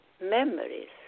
memories